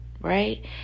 right